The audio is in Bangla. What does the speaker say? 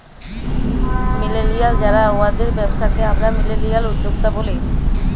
মিলেলিয়াল যারা উয়াদের ব্যবসাকে আমরা মিলেলিয়াল উদ্যক্তা ব্যলি